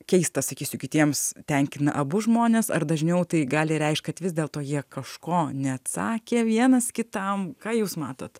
keistas sakysiu kitiems tenkina abu žmones ar dažniau tai gali reikšt kad vis dėlto jie kažko neatsakė vienas kitam ką jūs matot